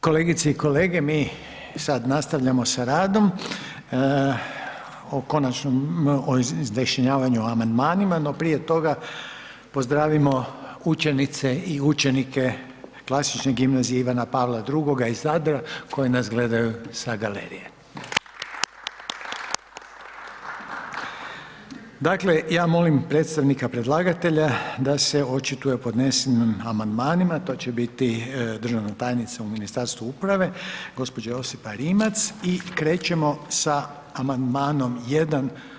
Kolegice i kolege, mi sad nastavljamo sa radom o Konačnom, o izjašnjavanju o amandmanima, no prije toga pozdravimo učenice i učenike Klasične gimnazije Ivana Pavla II. iz Zadra koji nas gledaju sa galerije. … Dakle, ja molim predstavnika predlagatelja da se očituje o podnesenim amandmanima, to će biti državna tajnica u Ministarstvu uprave, gospođa Josipa Rimac i krećemo sa amandmanom jedan.